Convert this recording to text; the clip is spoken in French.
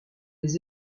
les